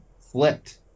flipped